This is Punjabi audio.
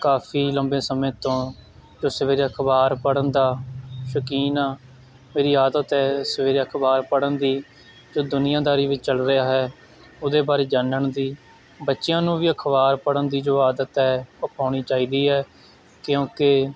ਕਾਫ਼ੀ ਲੰਬੇ ਸਮੇਂ ਤੋਂ ਜੋ ਸਵੇਰੇ ਅਖ਼ਬਾਰ ਪੜ੍ਹਨ ਦਾ ਸ਼ੌਕੀਨ ਹਾਂ ਮੇਰੀ ਆਦਤ ਹੈ ਸਵੇਰੇ ਅਖ਼ਬਾਰ ਪੜ੍ਹਨ ਦੀ ਜੋ ਦੁਨੀਆਦਾਰੀ ਵਿੱਚ ਚੱਲ ਰਿਹਾ ਹੈ ਉਹਦੇ ਬਾਰੇ ਜਾਨਣ ਦੀ ਬੱਚਿਆਂ ਨੂੰ ਵੀ ਅਖ਼ਬਾਰ ਪੜ੍ਹਨ ਦੀ ਜੋ ਆਦਤ ਹੈ ਉਹ ਪਾਉਣੀ ਚਾਹੀਦੀ ਹੈ ਕਿਉਂਕਿ